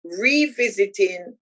revisiting